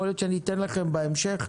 יכול להיות שאתן לכם בהמשך.